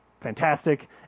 fantastic